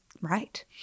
right